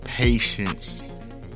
Patience